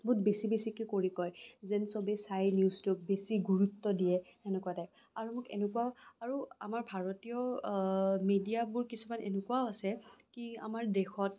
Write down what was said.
বহুত বেছি বেছিকে কৰি কয় যেন চবে চায় নিউজটোক বেছি গুৰুত্ব দিয়ে সেনেকুৱা টাইপ আৰু মোক এনেকুৱাও আৰু আমাৰ ভাৰতীয় মেডিয়াবোৰ কিছুমান এনেকুৱাও আছে কি আমাৰ দেশত